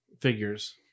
figures